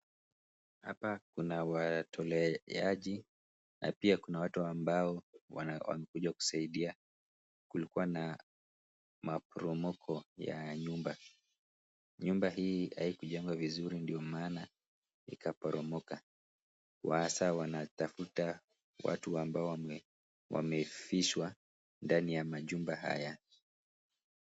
Hapa kuna watoleaji na pia kuna watu ambao wamekuja kusaidia kulikuwa na maporomoko ya nyumba. Nyumba hii haikujengwa vizuri ndo maana ikaporomoka waasa wanatafuta watu ambao wamefishwa ndani ya majumba haya.